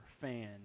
fan